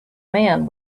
man